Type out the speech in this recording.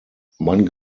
man